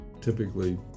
typically